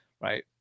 right